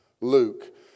Luke